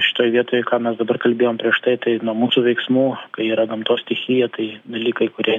šitoj vietoj ką mes dabar kalbėjom prieš tai tai nuo mūsų veiksmų kai yra gamtos stichija tai dalykai kurie